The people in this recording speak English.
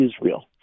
Israel